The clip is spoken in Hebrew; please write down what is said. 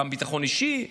גם ביטחון אישי.